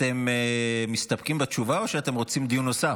אתם מסתפקים בתשובה או שאתם רוצים דיון נוסף?